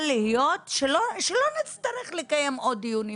להיות שלא נצטרך לקיים עוד דיונים,